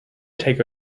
take